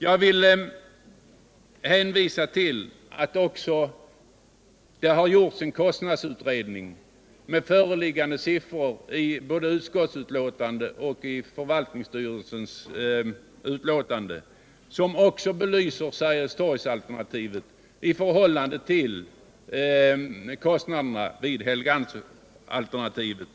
Jag vill hänvisa till att det också har gjorts en kostnadsutredning med föreliggande siffror i både utskottsbetänkandet och i förvaltningsstyrelsens utlåtande, som också belyser kostnaderna med Sergelstorgs resp. Helgeandsholmsalternativet.